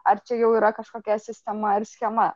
ar čia jau yra kažkokia sistema ir schema